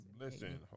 Listen